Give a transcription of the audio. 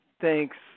Thanks